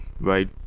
right